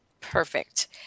Perfect